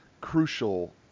crucial